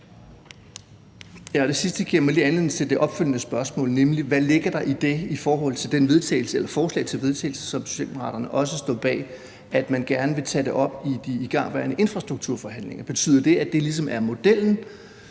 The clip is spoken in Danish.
det sidste giver mig lige anledning til at stille det opfølgende spørgsmål, nemlig: Hvad ligger der i dét i forhold til det forslag til vedtagelse, som Socialdemokraterne også står bag, om, at man gerne vil tage det op i de igangværende infrastrukturforhandlinger? Betyder det, at det ligesom er modellen,